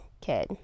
kid